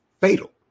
fatal